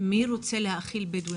מי רוצה להאכיל בדואי,